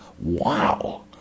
Wow